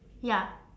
ya